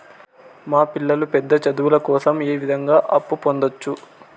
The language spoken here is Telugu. మా పిల్లలు పెద్ద చదువులు కోసం ఏ విధంగా అప్పు పొందొచ్చు?